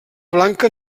blanca